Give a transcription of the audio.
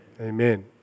Amen